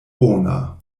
bona